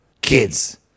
kids